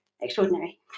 extraordinary